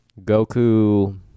Goku